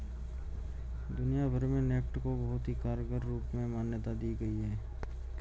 दुनिया भर में नेफ्ट को बहुत ही कारगर रूप में मान्यता दी गयी है